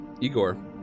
igor